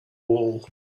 all